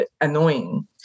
annoying